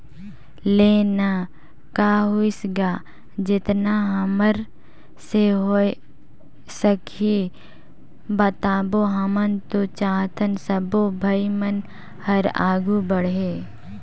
ले ना का होइस गा जेतना हमर से होय सकही बताबो हमन तो चाहथन सबो भाई मन हर आघू बढ़े